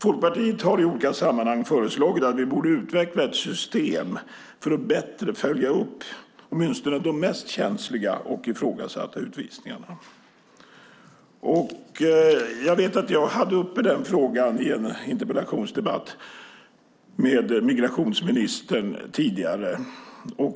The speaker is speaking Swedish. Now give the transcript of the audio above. Folkpartiet har i olika sammanhang föreslagit att vi borde utveckla ett system för att bättre följa upp åtminstone de mest känsliga och ifrågasatta utvisningarna. Jag tog upp den frågan i en interpellationsdebatt med migrationsministern tidigare.